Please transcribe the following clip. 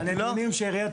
היא דיברה,